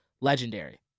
legendary